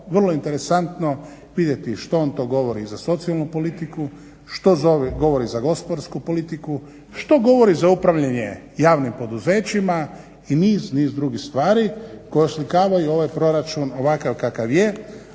vrlo interesantno vidjeti što on to govori za socijalnu politiku, što govori za gospodarsku politiku, što govori za upravljanje javnim poduzećima i niz niz drugih stvari koji oslikavaju ovaj proračun ovakav kakav je.